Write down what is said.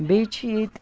تہٕ بیٚیہِ چھِ ییٚتہِ